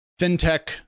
fintech